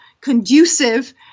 conducive